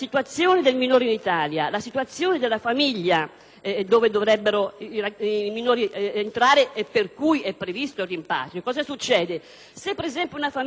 cui dovrebbero i minori entrare e per cui è previsto il rimpatrio. Cosa succede? Se, per esempio, una famiglia è minacciata dal *racket* della prostituzione,